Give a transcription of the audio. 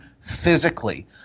physically